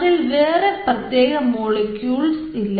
അതിൽ വേറെ പ്രത്യേക മോളിക്യൂൾസ് ഇല്ല